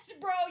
bro